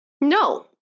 No